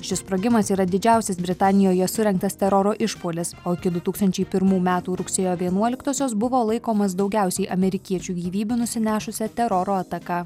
šis sprogimas yra didžiausias britanijoje surengtas teroro išpuolis o iki du tūkstančiai pirmų metų rugsėjo vienuoliktosios buvo laikomas daugiausiai amerikiečių gyvybių nusinešusia teroro ataka